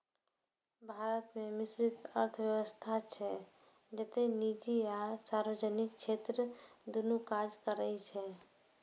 भारत मे मिश्रित अर्थव्यवस्था छै, जतय निजी आ सार्वजनिक क्षेत्र दुनू काज करै छै